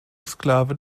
exklave